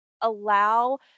allow